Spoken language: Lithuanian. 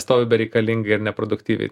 stovi bereikalingai ir neproduktyviai